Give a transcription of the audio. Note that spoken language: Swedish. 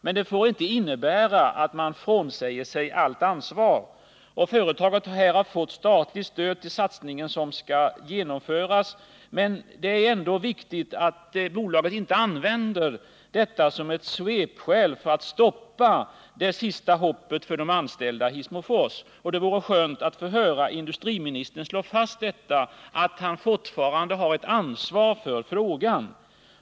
Men det får inte innebära att man frånsäger sig allt ansvar. Företaget har fått statligt stöd till den satsning som skall genomföras. Det är ändå viktigt att bolaget inte använder detta som ett svepskäl för att stoppa vad som är det sista hoppet för de anställda i Hissmofors. Det vore skönt att få höra industriministern slå fast att han fortfarande har ett ansvar för frågan.